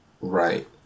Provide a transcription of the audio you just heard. Right